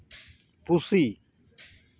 ᱯᱩᱥᱤ